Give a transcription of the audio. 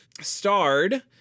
starred